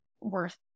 worth